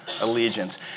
allegiance